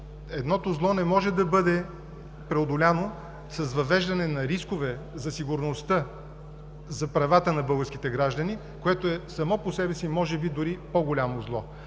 едното зло не може да бъде преодоляно с въвеждане на рискове за сигурността, за правата на българските граждани, което само по себе си може би дори е по-голямо зло.